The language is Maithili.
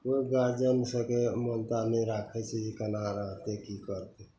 कोइ गार्जिअन सभके मानता नहि राखै छै ई कोना रहतै कि करतै